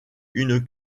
une